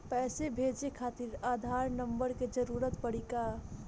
पैसे भेजे खातिर आधार नंबर के जरूरत पड़ी का?